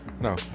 No